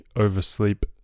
oversleep